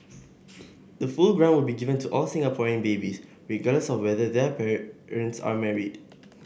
the full grant will be given to all Singaporean babies regardless of whether their parents are married